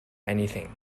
anything